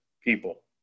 people